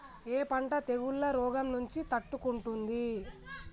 ఏ పంట తెగుళ్ల రోగం నుంచి తట్టుకుంటుంది?